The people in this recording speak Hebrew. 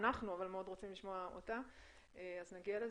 ואנחנו אבל מאוד רוצים לשמוע אותה אז נגיע לזה,